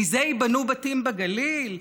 מזה ייבנו בתים בגליל?